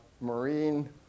marine